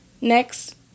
Next